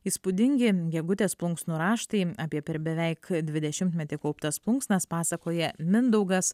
įspūdingi gegutės plunksnų raštai apie per beveik dvidešimtmetį kauptas plunksnas pasakoja mindaugas